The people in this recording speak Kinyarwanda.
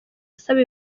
asaba